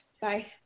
Bye